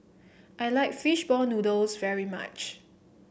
I like fish ball noodles very much